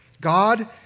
God